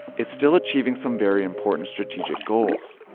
its still achieving some very important strategic goals.